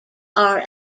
are